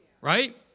Right